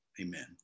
Amen